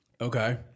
Okay